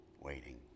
waiting